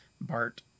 Bart